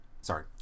sorry